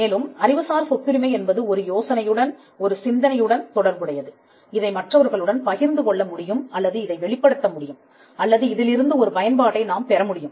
மேலும் அறிவுசார் சொத்துரிமை என்பது ஒரு யோசனையுடன் ஒரு சிந்தனையுடன் தொடர்புடையது இதை மற்றவர்களுடன் பகிர்ந்து கொள்ள முடியும் அல்லது இதை வெளிப்படுத்த முடியும் அல்லது இதிலிருந்து ஒரு பயன்பாட்டை நாம் பெற முடியும்